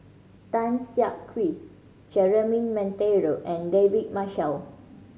Tan Siak Kew Jeremy Monteiro and David Marshall